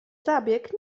zabieg